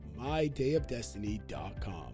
mydayofdestiny.com